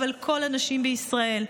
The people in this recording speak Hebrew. אבל כל הנשים בישראל.